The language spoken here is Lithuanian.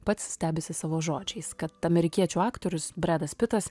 pats stebisi savo žodžiais kad amerikiečių aktorius bretas pitas